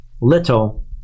little